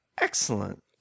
Excellent